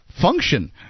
function